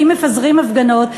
ואם מפזרים הפגנות,